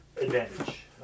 advantage